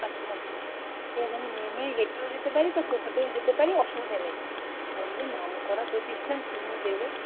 আচ্ছা আচ্ছা নেমে হেঁটেও যেতে পারি বা টোটোতেও যেতে পারি অসুবিধা নেই বললে নামকরা প্রতিষ্ঠান চিনিয়ে দেবে